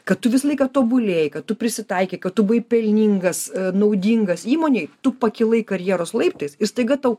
kad tu visą laiką tobulėjai kad tu prisitaikei kad tu buvai pelningas naudingas įmonei tu pakilai karjeros laiptais ir staiga tau